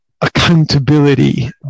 accountability